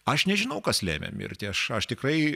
aš nežinau kas lėmė mirtį aš aš tikrai